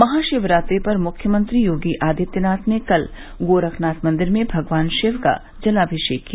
महाशिवरात्रि पर मुख्यमंत्री योगी आदित्यनाथ ने कल गोरखनाथ मंदिर में भगवान शिव का जलामिषेक किया